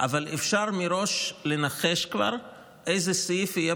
אבל אפשר כבר מראש לנחש איזה סעיף יהיה